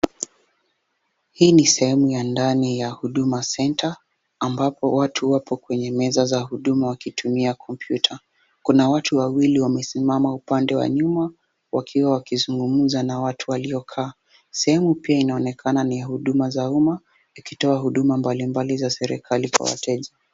Hili ni sehemu ya ndani ya huduma centre ambapo watu wapo kwenye meza za huduma wakitumia kompyuta, kuna watatu wawili wamesimama upande wa nyuma ukiwa wakizungumza na watu waliokaa, sehemu pia inaonekana ni huduma za umma ikitoa huduma mbali mbali za serikali kwa wateja.